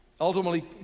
ultimately